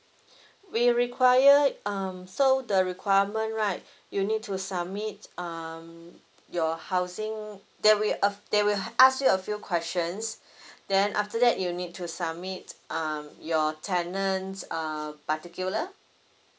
we require um so the requirement right you need to submit um your housing they will they will ask you a few questions then after that you need to submit um your tenants uh particular